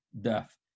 death